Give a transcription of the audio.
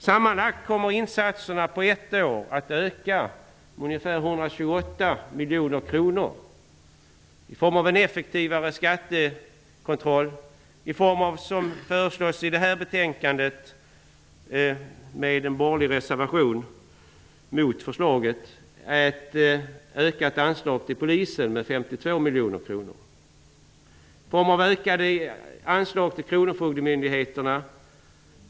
Sammanlagt kommer insatserna under ett år att öka med ungefär 128 miljoner kronor i form av bl.a. en effektivare skattekontroll. I betänkandet föreslås ett ökat anslag till Polisen med 52 miljoner kronor. Det finns en borgerlig reservation mot det. Det föreslås ökade anslag till kronofogdemyndigheterna.